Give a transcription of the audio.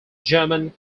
german